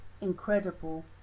incredible